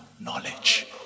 knowledge